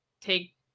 take